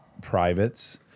privates